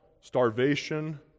starvation